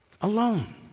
alone